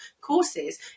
courses